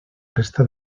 resta